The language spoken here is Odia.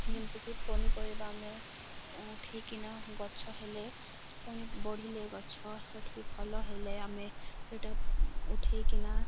ଯେମିତିକି ପନିପରିବା ଆମେ ଉଠେଇକିନା ଗଛ ହେଲେ ପୁଣି ବଢ଼ିଲେ ଗଛ ସେଇଠି ଭଲ ହେଲେ ଆମେ ସେଇଟା ଉଠେଇକିନା